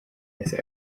this